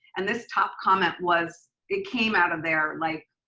and this top comment was, it came out of there like,